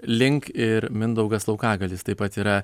link ir mindaugas laukagalis taip pat yra